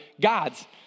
gods